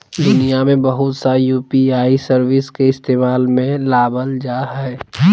दुनिया में बहुत सा यू.पी.आई सर्विस के इस्तेमाल में लाबल जा हइ